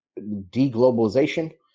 deglobalization